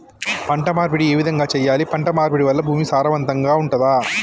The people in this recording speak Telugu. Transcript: పంట మార్పిడి ఏ విధంగా చెయ్యాలి? పంట మార్పిడి వల్ల భూమి సారవంతంగా ఉంటదా?